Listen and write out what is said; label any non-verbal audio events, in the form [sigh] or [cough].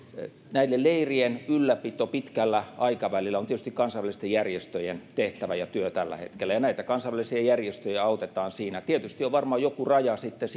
näiden leirien ylläpito pitkällä aikavälillä on tietysti kansainvälisten järjestöjen tehtävä ja työ tällä hetkellä ja näitä kansainvälisiä järjestöjä autetaan siinä tietysti on varmaan joku raja sitten [unintelligible]